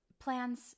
plans